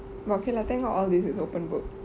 but okay lah thank god all these is open book